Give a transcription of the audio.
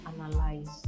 analyze